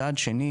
צעד שני